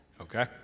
okay